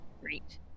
Great